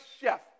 chef